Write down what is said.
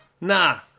nah